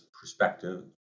perspective